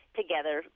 together